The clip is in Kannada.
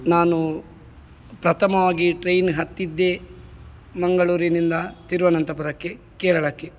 ನಾನು ಪ್ರಥಮವಾಗಿ ಟ್ರೈನ್ ಹತ್ತಿದ್ದೇ ಮಂಗಳೂರಿನಿಂದ ತಿರುವನಂತಪುರಕ್ಕೆ ಕೇರಳಕ್ಕೆ